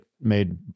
made